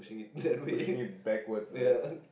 so pushing it backwards right